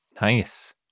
Nice